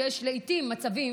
שיש לעיתים מצבים